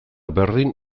berdin